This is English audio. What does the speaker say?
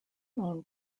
known